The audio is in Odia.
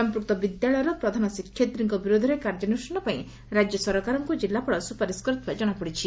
ସମ୍ମୂକ୍ତ ବିଦ୍ୟାଳୟର ପ୍ରଧାନ ଶିକ୍ଷୟିତ୍ରୀଙ୍କ ବିରୋଧରେ କାର୍ଯ୍ୟାନୁଷ୍ଠାନ ପାଇଁ ରାଜ୍ୟ ସରକାରଙ୍କୁ ଜିଲ୍ଲାପାଳ ସ୍ପୁପାରିସ୍ କରିଥିବା ଜଣାପଡ଼ିଛି